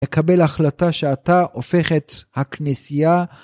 ‫לקבל החלטה שאתה הופך את הכנסייה.